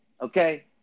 Okay